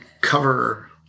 cover –